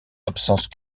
absence